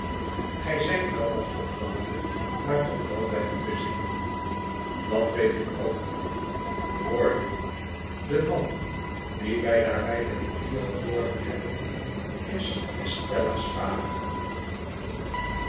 ge zyt wel wat opgewonden maar toch wel bij uwe zinnen dat weet ik ook wel hoor nu de man dien wij daar bij de ri vier geborgen hebben is estella's vader